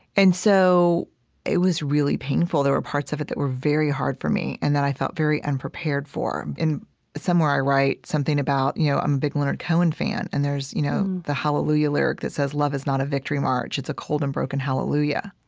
and so it was really painful. there were parts of it that were very hard for me and that i felt very unprepared for. somewhere i write something about, you know, i'm a big leonard cohen fan and there's you know the hallelujah lyric that says, love is not a victory march, it's a cold and broken hallelujah.